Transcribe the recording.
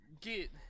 Get